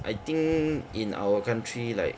I think in our country like